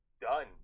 done